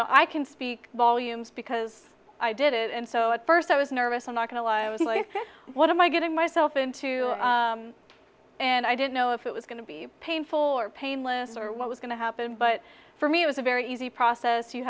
know i can speak volumes because i did it and so at first i was nervous i'm not going to load my fish what am i getting myself into and i didn't know if it was going to be painful or painless or what was going to happen but for me it was a very easy process you